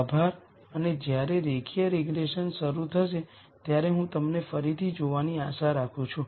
આભાર અને જ્યારે રેખીય રીગ્રેસન શરૂ થશે ત્યારે હું તમને ફરીથી જોવાની આશા રાખું છું